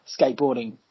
skateboarding